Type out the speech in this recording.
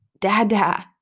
dada